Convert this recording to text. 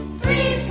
three